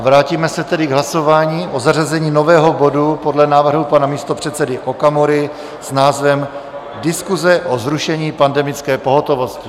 Vrátíme se tedy k hlasování o zařazení nového bodu podle návrhu pana místopředsedy Okamury s názvem Diskuse o zrušení pandemické pohotovosti.